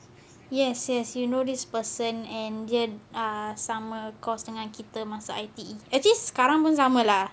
yes yes you know this person and dia ah sama course dengan kita masa I_T_E I think sekarang pun sama lah